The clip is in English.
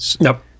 nope